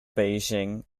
beijing